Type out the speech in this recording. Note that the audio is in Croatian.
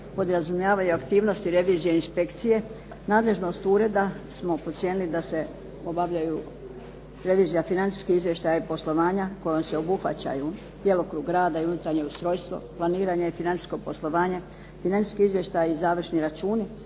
podrazumijevaju aktivnosti revizije i inspekcije, nadležnost ureda, smo procijenili da se obavljaju revizija financijskih izvještaja i poslovanja kojom se obuhvaćaju djelokrug rada i unutarnje ustrojstvo planiranja i financijskog poslovanja, financijski izvještaji i završni računi